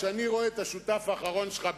כשאני רואה את השותף האחרון שלך,